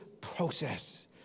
process